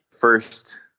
first